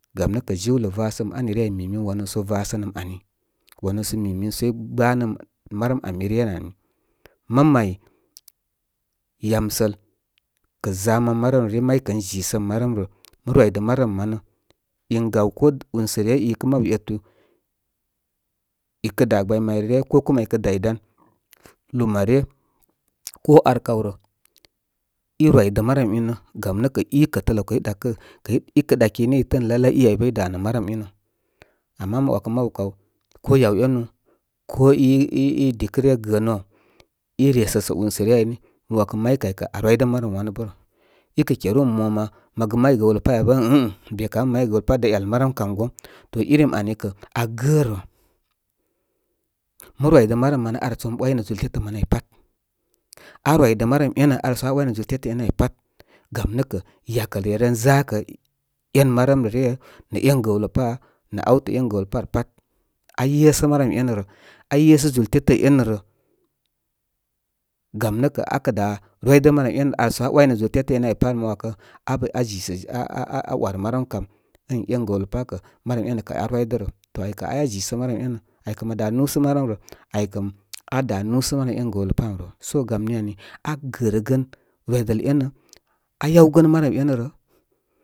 Gam nə kə jiwlə vasəm ani ryə áy minim wanúú sə rasənəm ani. Wanúú sə minin sə i gbanəm marəm ami ryə rə ani mə máy yam səl kə za mən ma rəm ryə máŋ kən zisəm marəm rə. Ma rwidə marəm manə. in gaw ko unsə ryə, i ikə mabu etu i kə dá gbay may rə rya. Ko kuma i kə dáy dan luma ryə, ko ar kaw rə, i rwidə marəm inə, gam nə kə i kətələ áw kəy ɗakə kəy, ikə ɗaki nə itəə ən laylay i ay bə i danə marəm inə. Ama mə ‘wakə mabu kaw ko yaw énu, ko i, i, i dikə ryə gəənu áw, ire səsə únsə ryə áy ni, mən ‘way kə may kay kə aa rwidə marəm wanə bə rə. ikə keru ən mo ma makə may gəwlə páya bə ən min min be ká be may gəwlə páy rə dá ‘yəl marəm kam goŋ. To irim ami kə aa gərə. Mə rwidə ma nəm manə arso mə ‘waynə zúl tétə manə áy, pat. A rwidə marəm énə arso aa ‘way. A yesə marəm énə rə, gite sə zúltétə énə rə. Gumtə yə akə dá rwidə marəm enə arso aa ‘way nə zúlte tə enə áy pat rə ma ‘wakə abə, aa zisəzin aa-aa ‘war marəm ən éngawlə pa kə marəm énə kə aa rwidə rə. To aykə ay aa zisə marəm enə. Aykə ma dá núsə ma rəm rə. Aykə aa dá nusə marəm énə gawlə pam nə. So gam ni ani aa gərəgən ruidəl énə. Ayaw gənə marəm enə rə.